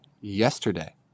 yesterday